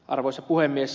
arvoisa puhemies